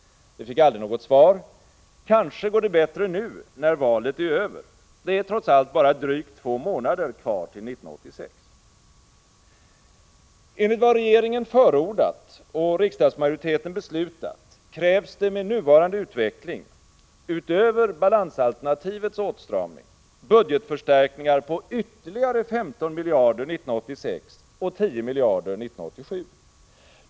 Vi fick aldrig något svar. Kanske går det bättre nu, när valet är över. Det är trots allt bara drygt två månader kvar till 1986. Enligt vad regeringen förordat och riksdagsmajoriteten beslutat krävs det med nuvarande utveckling — utöver balansalternativets åtstramning — budgetförstärkningar på ytterligare 15 miljarder 1986 och 10 miljarder 1987.